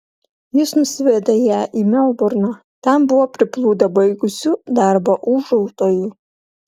jis nusivedė ją į melburną ten buvo priplūdę baigusių darbą ūžautojų